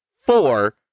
four